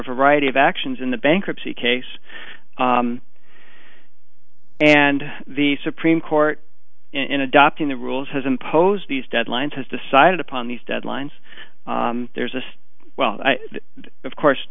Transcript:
variety of actions in the bankruptcy case and the supreme court in adopting the rules has imposed these deadlines has decided upon these deadlines there's a well of course